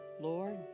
Lord